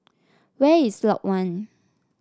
where is Lot One